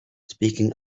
speaking